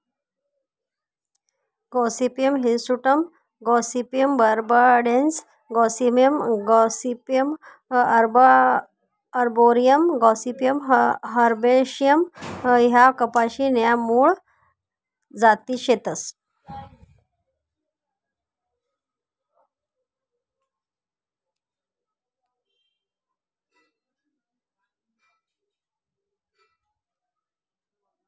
Gossypium hirsutum gossypium barbadense gossypium arboreum gossypium herbaceum ह्या कपाशी न्या मूळ जाती शेतस